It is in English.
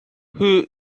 who